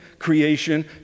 creation